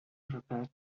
prepared